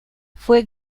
fue